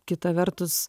kita vertus